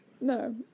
No